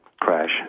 crash